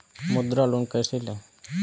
मुद्रा लोन कैसे ले?